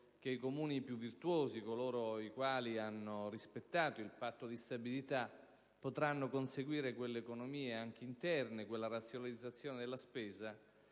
i Comuni più virtuosi, quelli che hanno rispettato il Patto di stabilità, potranno conseguire quelle economie, anche interne, e quella razionalizzazione della spesa